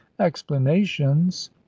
explanations